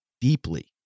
deeply